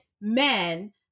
men